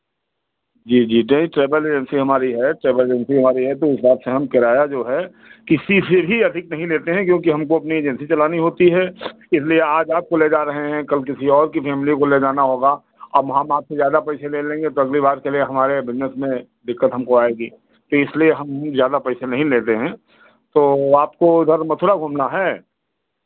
जी जी डे travel agency हमारी है ट्रैवल एजेंसी हमारी है तो वो हिसाब से हम किराया जो है किसी से भी अधिक नहीं लेते हैं क्योंकि हमको अपनी एजेंसी चलानी होती है इसलिए आज आपको ले जा रहे हैं कल किसी और की फ़ैमिली को ले जाना होगा अब हम आपसे ज़्यादा पैसे ले लेंगे तो अगली बार के लिए हमारे बिज़नेस में दिक्कत हमको आएगी तो इसलिए हम ज़्यादा पैसे नहीं लेते हैं तो आपको इधर मथुरा घूमना है